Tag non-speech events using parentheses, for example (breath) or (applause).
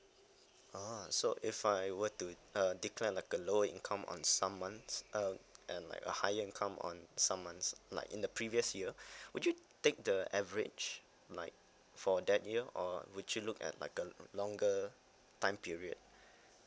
oh so if I were to uh declare like a lower income on some month uh and like a higher income on some month like in the previous year (breath) would you take the average like for that year or would you look at like a longer time period